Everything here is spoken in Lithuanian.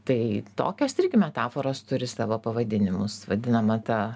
tai tokios irgi metaforos turi savo pavadinimus vadinama ta